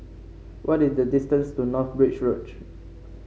what is the distance to North Bridge Road